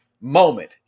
moment